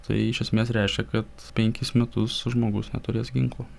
tai iš esmės reiškia kad penkis metus žmogus neturės ginklo